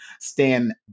stand